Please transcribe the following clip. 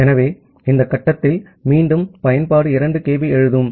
ஆகவே இந்த கட்டத்தில் மீண்டும் பயன்பாடு 2 kB எழுதும்